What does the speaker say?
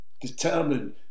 determined